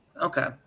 Okay